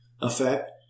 effect